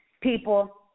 People